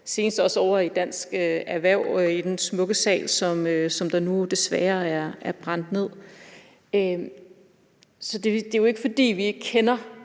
og senest også ovre i Dansk Erhverv i den smukke sal, som nu desværre er brændt ned. Så det er jo ikke, fordi vi ikke